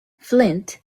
flint